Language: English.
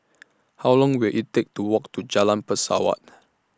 How Long Will IT Take to Walk to Jalan Pesawat